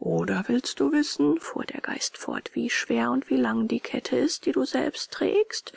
oder willst du wissen fuhr der geist fort wie schwer und wie lang die kette ist die du selbst trägst